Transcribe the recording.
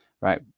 right